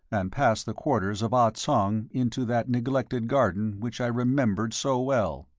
and past the quarters of ah tsong into that neglected garden which i remembered so well.